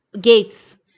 gates